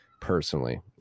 personally